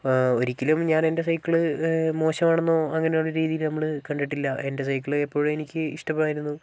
ഒരിക്കലും ഞാൻ എൻ്റെ സൈക്കിൾ മോശമാണെന്നോ അങ്ങനെയൊരു രീതിയിൽ നമ്മൾ കണ്ടിട്ടില്ല എൻ്റെ സൈക്കിൾ എപ്പോഴും എനിക്ക് ഇഷ്ടമായിരുന്നു